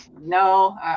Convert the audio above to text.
No